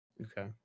okay